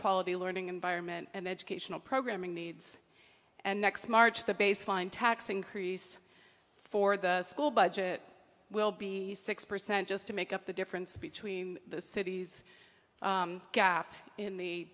quality learning environment and educational programming needs and next march the baseline tax increase for the school budget will be six percent just to make up the difference between the city's gap in the